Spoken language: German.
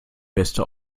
beste